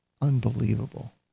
Unbelievable